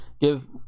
give